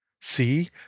see